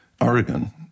Oregon